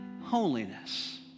holiness